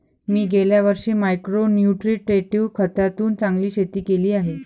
मी गेल्या वर्षी micro nutritive खतातून चांगले शेती केली आहे